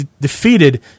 defeated